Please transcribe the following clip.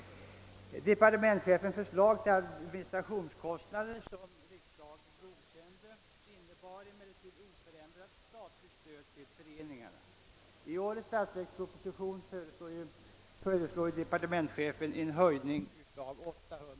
Departementschefens förslag angående administrationskostnader, som riksdagen godkände, in nebar emellertid oförändrat statligt stöd till föreningarna. I årets statsverksproposition föreslår departementschefen en höjning med 800 000 kronor.